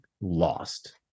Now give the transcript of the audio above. lost